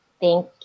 Thank